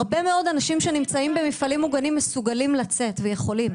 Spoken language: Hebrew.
הרבה מאוד אנשים שנמצאים במפעלים מוגנים מסוגלים לצאת ויכולים.